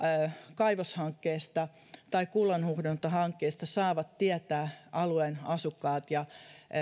kaivoshankkeesta tai kullanhuuhdontahankkeesta saavat tietää alueen asukkaat ja